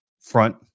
front